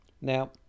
Now